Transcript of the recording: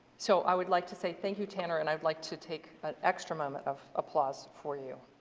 so i would like to say thank you tanner and i would like to take an extra moment of applause for you.